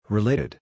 Related